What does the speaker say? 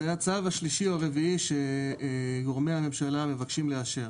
זה הצו השלישי או הרביעי שגורמי הממשלה מבקשים לאשר.